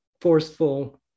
forceful